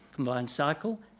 combined cycle,